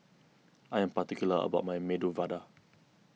I am particular about my Medu Vada